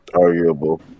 Arguable